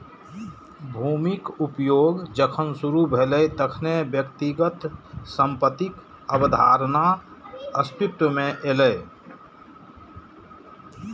भूमिक उपयोग जखन शुरू भेलै, तखने व्यक्तिगत संपत्तिक अवधारणा अस्तित्व मे एलै